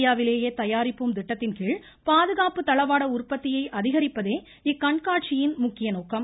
இந்தியாவிலேயே தயாரிப்போம் திட்டத்தின்கீழ் பாதுகாப்பு களவாட உற்பத்தியை அதிகரிப்பதே இக்கண்காட்சியின் முக்கிய நோக்கம்